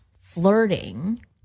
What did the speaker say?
flirting